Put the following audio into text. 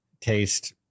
taste